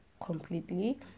completely